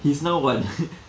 he's now what